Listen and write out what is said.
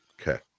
okay